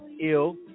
ill